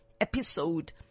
episode